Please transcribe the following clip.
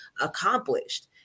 accomplished